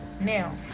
now